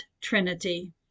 Trinity